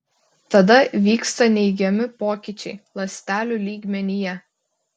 tada vyksta neigiami pokyčiai ląstelių lygmenyje